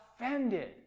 offended